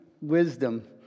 wisdom